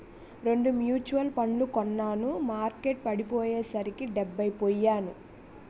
రెండు మ్యూచువల్ ఫండ్లు కొన్నాను మార్కెట్టు పడిపోయ్యేసరికి డెబ్బై పొయ్యాను